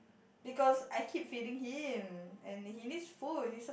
because I keep feeding him and he needs food he's a